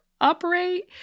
operate